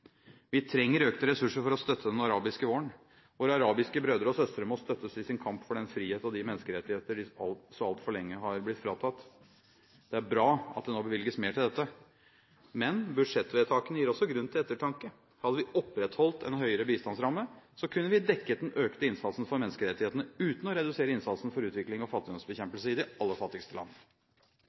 Vi trenger økte ressurser for å støtte den arabiske våren! Våre arabiske brødre og søstre må støttes i sin kamp for den frihet og de menneskerettigheter de så altfor lenge har blitt fratatt. Det er bra at det nå bevilges mer til dette. Men budsjettvedtakene gir også grunn til ettertanke. Hadde vi opprettholdt en høyere bistandsramme, kunne vi dekket denne økte innsatsen for menneskerettighetene uten å redusere innsatsen for utvikling og fattigdomsbekjempelse i de aller fattigste